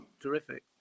terrific